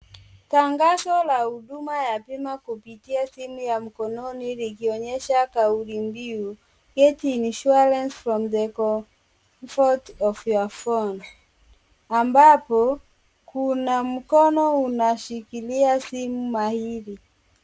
Tangazo la huduma ya bima kupitia simu ya mkononi likionyesha kauli mbiu, get insurance from the comfort of your phone , ambapo kuna mkono unashikilia simu mahiri.